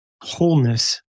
wholeness